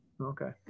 Okay